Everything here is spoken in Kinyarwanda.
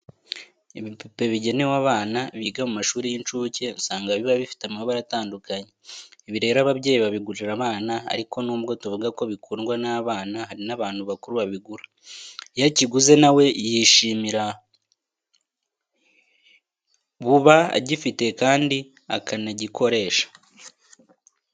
Ibipupe bigenewe abana biga mu mashuri y'incuke, usanga biba bifite amabara atandukanye. Ibi rero ababyeyi babigurira abana ariko nubwo tuvuga ko bikundwa n'abana, hari n'abantu bakuru babigura. Iyo akiguze na we yishimira buba agifite kandi akanagikoresha.